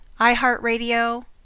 iHeartRadio